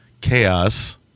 chaos